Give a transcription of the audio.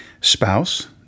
spouse